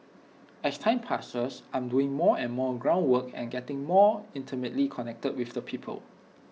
as time passes I'm doing more and more ground work and getting more intimately connected with the people